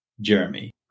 Jeremy